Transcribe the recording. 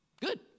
Good